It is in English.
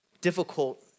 difficult